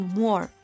more